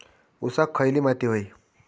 ऊसाक खयली माती व्हयी?